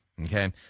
Okay